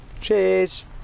Cheers